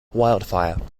wildfire